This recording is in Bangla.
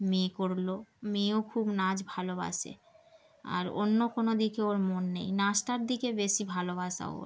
মেয়ে করলো মেয়েও খুব নাচ ভালোবাসে আর অন্য কোনো দিকে ওর মন নেই নাচটার দিকে বেশি ভালোবাসা ওর